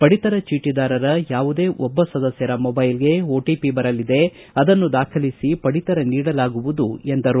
ಪಡಿತರ ಚೀಟಿದಾರರ ಯಾವುದೇ ಒಬ್ಬ ಸದಸ್ನರ ಮೊಬೈಮ್ಗೆ ಓಟಿಪಿ ಬರಲಿದೆ ಅದನ್ನು ದಾಖಲಿಸಿ ಪಡಿತರ ನೀಡಲಾಗುವುದು ಎಂದರು